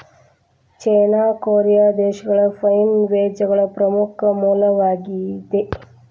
ಚೇನಾ, Korea ದೇಶಗಳು pine ಬೇಜಗಳ ಪ್ರಮುಖ ಮೂಲವಾಗಿದೆ